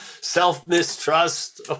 Self-mistrust